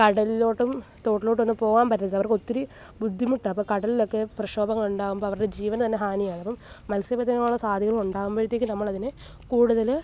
കടലിലോട്ടും തോട്ടിലോട്ടൊന്നും പോകാന് പറ്റില്ല അവര്ക്കൊത്തിരി ബുദ്ധിമുട്ടാണ് അപ്പം കടലിലൊക്കെ പ്രക്ഷോഭങ്ങളുണ്ടാകുമ്പോൾ അവരുടെ ജീവനു തന്നെ ഹാനിയാകും മത്സ്യബന്ധനങ്ങളുടെ സ്വാധീനം ഉണ്ടാകുമ്പോഴത്തേക്കും നമ്മളതിനു കൂടുതൽ